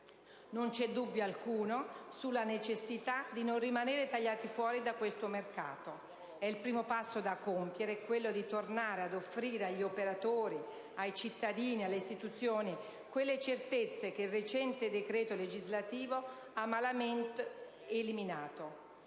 dunque dubbio alcuno sulla necessità di non rimanere tagliati fuori da questo mercato. Ed il primo passo da compiere è quello di tornare ad offrire agli operatori, ai cittadini, alle istituzioni, quelle certezze che il recente decreto legislativo sulle rinnovabili ha malamente eliminato.